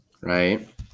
Right